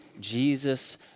Jesus